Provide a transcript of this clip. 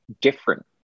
different